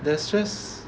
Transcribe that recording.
there's just